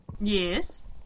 Yes